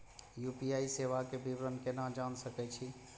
UPI सेवा के विवरण केना जान सके छी?